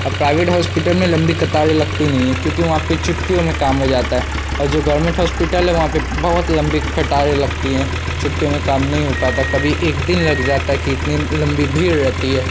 अब private hospital में लम्बी कतारें लगती नहीं हैं क्योंकि वहाँ चुटकियों में काम हो जाता है और जो गोरमेंट हॉस्पिटल हैं वहाँ पर बहुत लम्बी कतारें लगती हैं चुटकियों में काम नहीं हो पाता कभी एक दिन लग जाता है कि इतनी लम्बी भीड़ रहती है